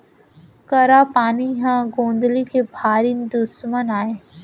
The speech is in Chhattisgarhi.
करा पानी ह गौंदली के भारी दुस्मन अय